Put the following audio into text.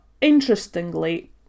interestingly